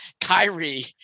Kyrie